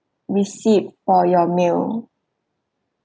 receipt for your meal